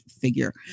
figure